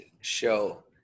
show